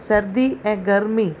सर्दी ऐं गर्मी